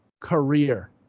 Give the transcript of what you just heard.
career